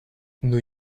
new